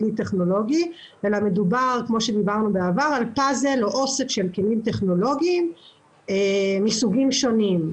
אלא מדובר על פאזל אוסף של כלים טכנולוגיים מסוגים שונים.